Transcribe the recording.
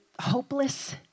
hopeless